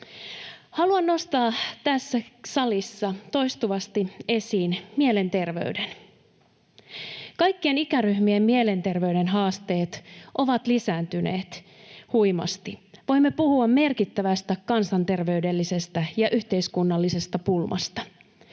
Haluan nostaa tässä salissa toistuvasti esiin mielenterveyden. Kaikkien ikäryhmien mielenterveyden haasteet ovat lisääntyneet huimasti. Voimme puhua merkittävästä kansanterveydellisestä ja yhteiskunnallisesta pulmasta